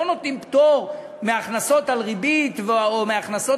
לא נותנים פטור מהכנסות מריבית או מהכנסות